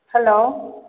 hello